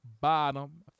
bottom